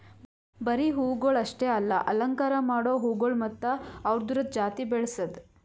ಬರೀ ಹೂವುಗೊಳ್ ಅಷ್ಟೆ ಅಲ್ಲಾ ಅಲಂಕಾರ ಮಾಡೋ ಹೂಗೊಳ್ ಮತ್ತ ಅವ್ದುರದ್ ಜಾತಿ ಬೆಳಸದ್